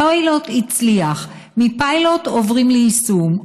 הפיילוט הצליח, מפיילוט עוברים ליישום.